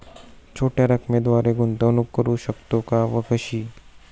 छोट्या रकमेद्वारे गुंतवणूक करू शकतो का व कशी?